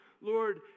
Lord